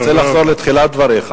ולחברי הוועדה.